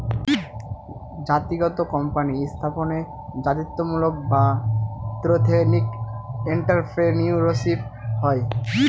জাতিগত কোম্পানি স্থাপনে জাতিত্বমূলক বা এথেনিক এন্ট্রাপ্রেনিউরশিপ হয়